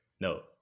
No